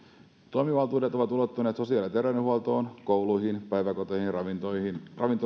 toimivaltuudet ulottuvat sosiaali ja terveydenhuoltoon kouluihin päiväkoteihin ravintoloihin